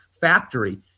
factory